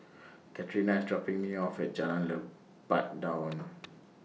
Catrina IS dropping Me off At Jalan Lebat Daun